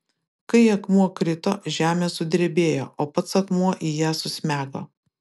kai akmuo krito žemė sudrebėjo o pats akmuo į ją susmego